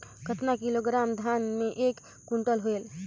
कतना किलोग्राम धान मे एक कुंटल होयल?